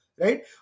Right